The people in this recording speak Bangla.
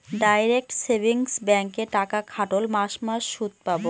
ডাইরেক্ট সেভিংস ব্যাঙ্কে টাকা খাটোল মাস মাস সুদ পাবো